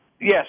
Yes